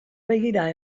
begira